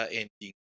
ending